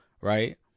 right